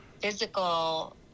physical